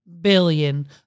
billion